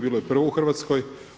Bilo je prvo u Hrvatskoj.